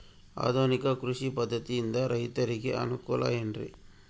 ಆಧುನಿಕ ಕೃಷಿ ಪದ್ಧತಿಯಿಂದ ರೈತರಿಗೆ ಅನುಕೂಲ ಏನ್ರಿ?